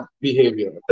behavior